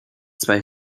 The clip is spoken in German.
zwei